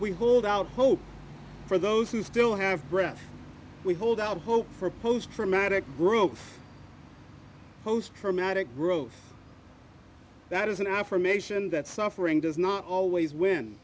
hold out hope for those who still have breath we hold out hope for post traumatic growth post traumatic growth that is an affirmation that suffering does not always win